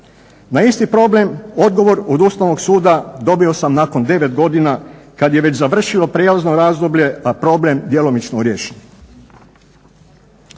Na isti problem odgovor od Ustavnog suda dobio sam nakon 9 godina kad je već završilo prijelazno razdoblje, a problem djelomično riješen.